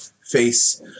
face